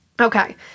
Okay